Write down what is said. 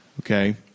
okay